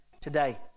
today